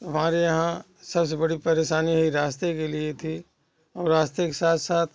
हमारे यहाँ सबसे बड़ी परेशानी यही रास्ते के लिए थी और रास्ते के साथ साथ